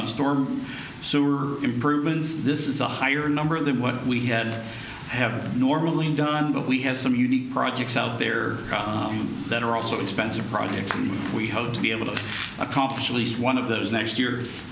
on storm sewer improvements this is a higher number than what we had have normally done but we have some unique projects out there that are also expensive products and we hope to be able to accomplish at least one of those next year i